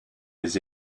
les